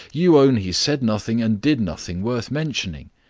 you own he said nothing and did nothing worth mentioning.